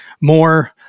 more